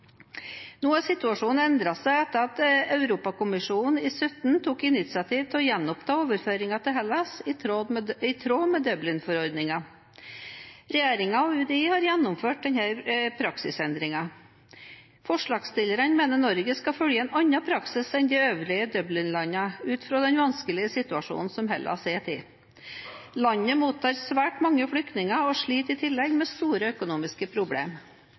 Nå har situasjonen endret seg etter at Europakommisjonen i 2017 tok initiativ til å gjenoppta overføringene til Hellas i tråd med Dublin-forordningen. Regjeringen og UDI har gjennomført denne praksisendringen. Forslagsstillerne mener Norge skal følge en annen praksis enn de øvrige Dublin-landene ut fra den vanskelige situasjonen Hellas er i. Landet mottar svært mange flyktninger og sliter i tillegg med store økonomiske